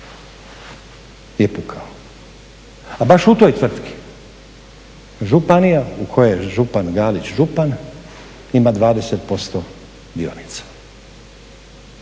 je pukao. A baš u toj tvrtki županija u kojoj je župan Galić župan ima 20% dionica.